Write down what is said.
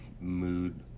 mood